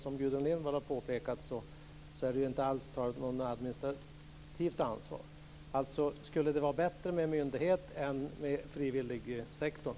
Som Gudrun Lindvall har påpekat är det ju inte alls tal om något administrativt ansvar. Alltså: Skulle det vara bättre med en myndighet än med frivilligsektorn?